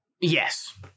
yes